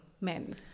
men